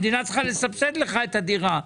המדינה צריכה לסבסד לך את הדירה.